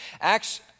Acts